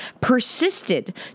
persisted